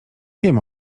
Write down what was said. wiem